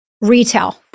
retail